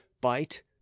bite